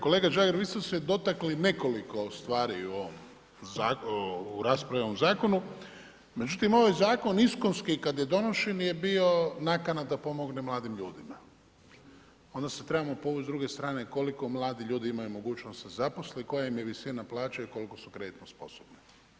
Kolega Žagar, vi ste se dotakli nekoliko stvari u raspravi o ovom zakonu, međutim ovaj zakon iskonski kad je donošen je bio nakana da pomogne mladim ljudima, onda se trebamo povuć s druge s druge koliko mladi ljudi imaju mogućnosti da se zaposle, koja im je visina plaće i koliko su kreditno sposobni.